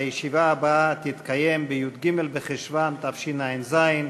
הישיבה הבאה תתקיים בי"ג בחשוון תשע"ז,